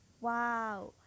wow